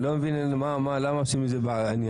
אני לא מבין למה עושים מזה עניין?